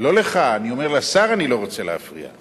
לא לך, אני אומר: לשר אני לא רוצה להפריע.